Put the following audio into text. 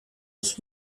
ich